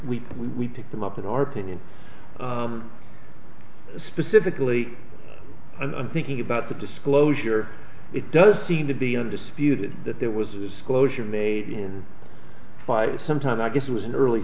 we we picked them up in our opinion specifically and i'm thinking about the disclosure it does seem to be undisputed that there was a disclosure made in five sometime i guess it was in early